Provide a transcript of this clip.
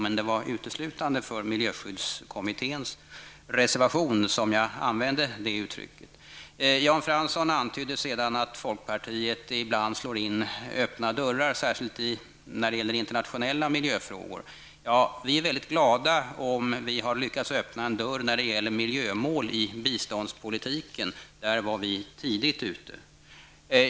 '', men det var uteslutande för miljöavgiftskommitténs reservanter som jag använde det uttrycket. Jan Fransson antydde sedan att folkpartiet ibland slår in öppna dörrar, särskilt när det gäller internationella miljöfrågor. Vi är väldigt glada om vi har lyckats öppna en dörr när det gäller miljömål i biståndspolitiken. Där var vi tidigt ute.